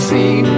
see